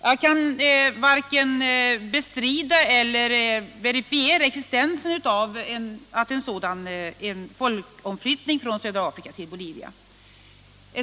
Jag kan varken bestrida eller verifiera existensen av planer på en folkförflyttning från södra Afrika till Bolivia.